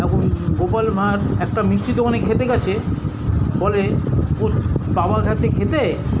এখন গোপাল ভাঁড় একটা মিষ্টির দোকানে খেতে গেছে বলে ওর বাবা গেছে খেতে